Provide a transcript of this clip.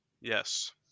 Yes